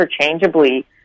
interchangeably